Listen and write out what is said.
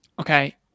okay